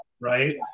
right